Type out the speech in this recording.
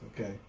Okay